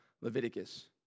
Leviticus